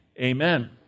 amen